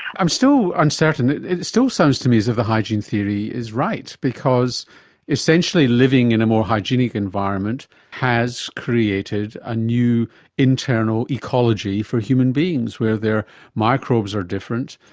i'm still uncertain. it still sounds to me as if the hygiene theory is right, because essentially living in a more hygienic environment has created a new internal ecology for human beings, where their microbes are different,